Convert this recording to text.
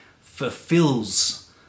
fulfills